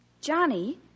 Johnny